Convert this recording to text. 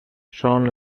són